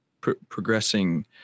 progressing